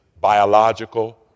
biological